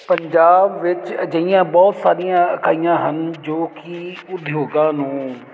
ਪੰਜਾਬ ਵਿੱਚ ਅਜਿਹੀਆਂ ਬਹੁਤ ਸਾਰੀਆਂ ਇਕਾਈਆਂ ਹਨ ਜੋ ਕਿ ਉਦਯੋਗਾਂ ਨੂੰ